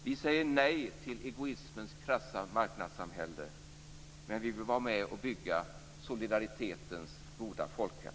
Vi säger nej till egoismens krassa marknadssamhälle, men vi vill vara med och bygga solidaritetens goda folkhem.